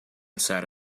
pensar